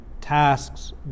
tasks